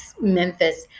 Memphis